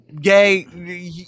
gay